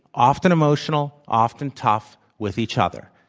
often emotional, often tough, with each other.